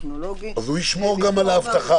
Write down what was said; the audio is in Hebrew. הטכנולוגי --- ולבקר על --- אז הוא ישמור גם על האבטחה.